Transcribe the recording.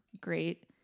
great